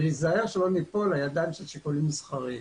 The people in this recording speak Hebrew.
וניזהר שלא ניפול לידיים של שיקולים מסחריים.